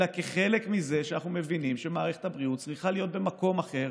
אלא כחלק מזה שאנחנו מבינים שמערכת הבריאות צריכה להיות במקום אחר,